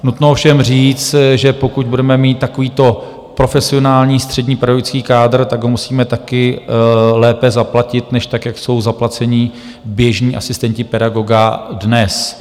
Nutno ovšem říct, že pokud budeme mít takovýto profesionální střední pedagogický kádr, tak ho musíme také lépe zaplatit než tak, jak jsou zaplaceni běžní asistenti pedagoga dnes.